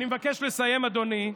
אני מבקש לסיים, אדוני,